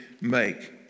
make